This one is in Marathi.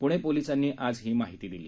प्णे पोलिसांनी आज ही माहिती दिली